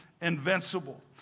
invincible